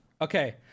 okay